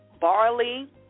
barley